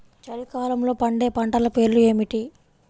చలికాలంలో పండే పంటల పేర్లు ఏమిటీ?